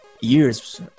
years